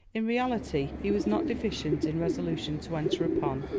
in reality, he was not deficient in resolution to enter upon,